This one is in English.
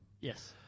Yes